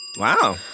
Wow